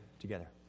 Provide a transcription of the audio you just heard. together